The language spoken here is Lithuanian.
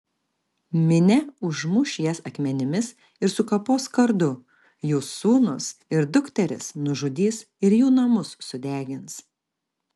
minia užmuš jas akmenimis ir sukapos kardu jų sūnus ir dukteris nužudys ir jų namus sudegins